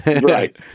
right